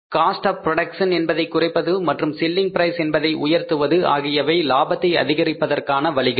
cost of production என்பதை குறைப்பது மற்றும் செல்லிங் பிரைஸ் என்பதை உயர்த்துவது ஆகியவை லாபத்தை அதிகரிப்பதற்கான வழிகள்